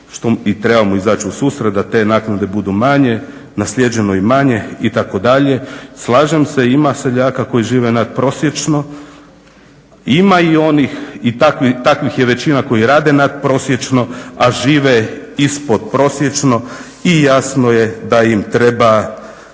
i treba mu izaći u susret da te naknade budu manje, naslijeđeno imanje itd. Slažem se, ima seljaka koji žive nadprosječno, ima i onih i takvih je većina koji rade nadprosječno, a žive ispod prosječno i jasno je da im treba,